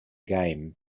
game